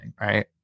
Right